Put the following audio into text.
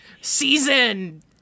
season